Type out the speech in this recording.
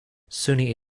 sunni